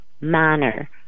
manner